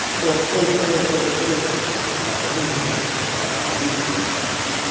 or wholesaled to the trade, without any advance upon our usual price.